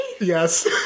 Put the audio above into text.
Yes